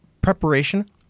preparation